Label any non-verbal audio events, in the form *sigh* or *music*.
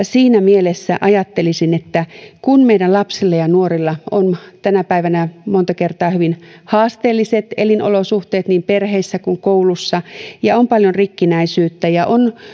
*unintelligible* siinä mielessä ajattelisin että *unintelligible* *unintelligible* kun meidän lapsilla ja nuorilla on tänä päivänä monta kertaa hyvin haasteelliset elinolosuhteet niin perheissä kuin koulussa *unintelligible* *unintelligible* *unintelligible* ja on paljon rikkinäisyyttä ja on